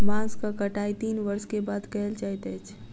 बांसक कटाई तीन वर्ष के बाद कयल जाइत अछि